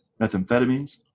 methamphetamines